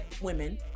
women